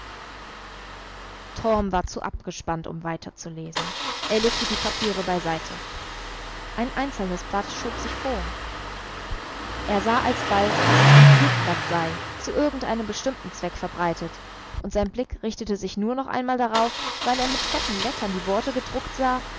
war zu abgespannt um weiterzulesen er legte die papiere beiseite ein einzelnes blatt schob sich vor er sah alsbald daß es ein flugblatt sei zu irgendeinem bestimmten zweck verbreitet und sein blick richtete sich nur noch einmal darauf weil er mit fetten lettern die worte gedruckt sah